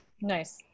Nice